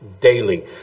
daily